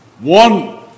one